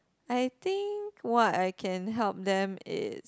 I think what I can help them is